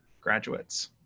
graduates